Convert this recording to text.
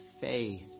faith